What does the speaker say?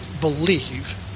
believe